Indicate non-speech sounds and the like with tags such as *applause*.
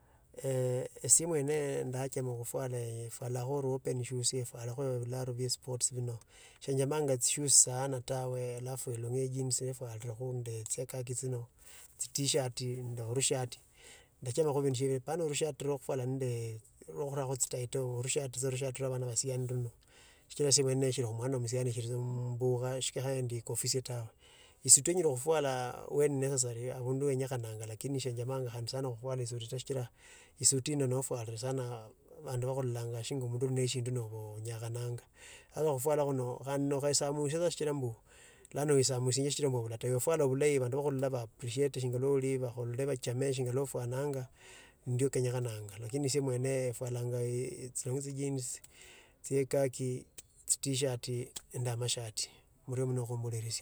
*hesitation* eeh esimu yene ndachemo khufwale fwale kho ruopen shoes epwarakha. ebiraro bie sports tsino, senjomanga tsishoes sanaa tawe halafu elongi ya jeans erwarekho nenda tsia khaki tsino tsitishati nenda orushati ndachamakho ebindu sinyana biena hibyo. Hapana orushati rwo khuepwala nende rwa khurakho tsititse orushati rwa abana batsiani runo sichira ise ndali nisiri omwana musiani shiri tsa omubukha sikanyekhanya ndiikofushie tawe. Esuti onyara khufwara when necessary abundu wenyakhananga lakini sechomanga khandi khelefwara esuti sana ta sichira esuti ino noefwara sana abandu bakhulolanga shinga omundu one sindu nobo onyakhananga. Khandi orakhaesamushia sichira mbu obula ta. Ewe efwara bulahi abandu bakhulola ba appreciate shingo wa ole shinga opwanganya ni ndio kenyekha lakini ese omwene ndefwaianya tsilongi tsie jeans tsie khaki tsi t- shirt nende amashati, murio muno khomererisi.